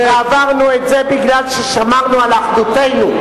ועברנו את זה מפני ששמרנו על אחדותנו,